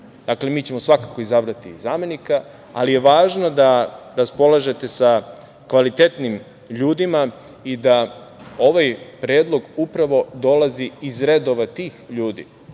dakle, mi ćemo svakako izabrati zamenika, ali je važno da raspolažete sa kvalitetnim ljudima i da ovaj predlog upravo dolazi iz redova tih ljudi.